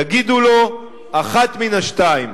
תגידו לו אחת מן השתיים,